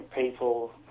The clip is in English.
people